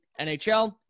NHL